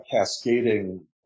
cascading